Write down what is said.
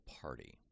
party